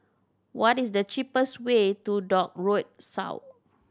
what is the cheapest way to Dock Road